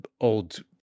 old